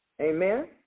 Amen